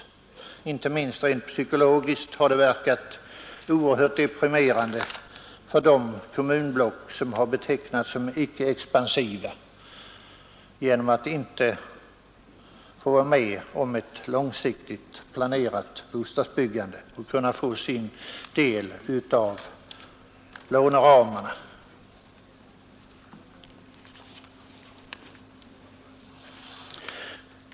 Inte minst rent psykologiskt har det verkat oerhört deprimerande för de kommunblock som betecknats som icke expansiva att inte få möjligheter till ett långsiktigt planerat bostadsbyggande genom att de inte omfattas av låneramarna.